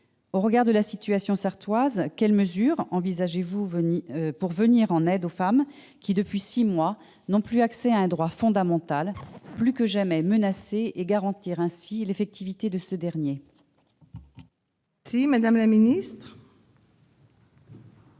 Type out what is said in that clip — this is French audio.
Au regard de la situation sarthoise, quelles mesures envisagez-vous pour venir en aide aux femmes qui, depuis six mois, n'ont plus accès à un droit fondamental plus que jamais menacé et garantir ainsi l'effectivité de ce dernier ? La parole est à Mme la ministre